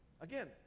Again